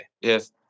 Yes